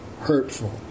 hurtful